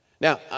Now